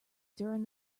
during